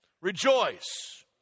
Rejoice